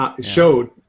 showed